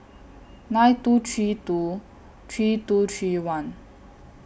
nine two three two three two three one